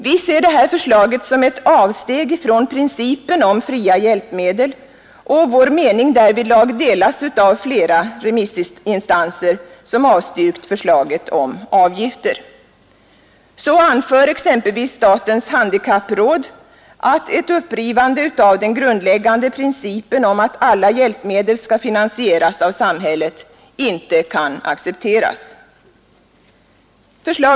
Vi ser det här förslaget som ett avsteg från principen om fria hjälpmedel, och vår mening därvidlag delas av flera remissinstanser som avstyrkt förslaget om avgifter. Så anför exempelvis statens handikappråd att ett upprivande av den grundläggande principen om att alla hjälpmedel skall finansieras av samhället inte kan accepteras.